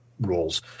rules